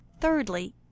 thirdly